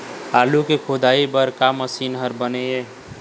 आलू के खोदाई बर का मशीन हर बने ये?